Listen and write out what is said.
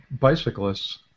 bicyclists